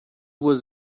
was